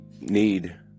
need